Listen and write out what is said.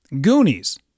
Goonies